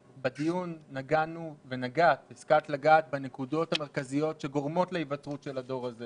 השכלת לגעת בדיון בנקודות המרכזיות שגורמות להיווצרות הדור הזה